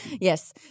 Yes